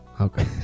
Okay